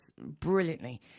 brilliantly